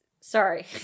sorry